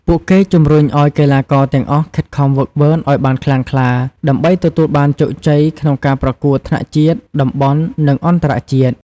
ពួកគេជំរុញឱ្យកីឡាករទាំងអស់ខិតខំហ្វឹកហ្វឺនឱ្យបានខ្លាំងក្លា ដើម្បីទទួលបានជោគជ័យក្នុងការប្រកួតថ្នាក់ជាតិ តំបន់ និងអន្តរជាតិ។